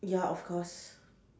ya of course